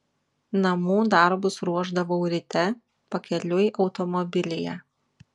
namų darbus ruošdavau ryte pakeliui automobilyje